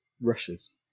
rushes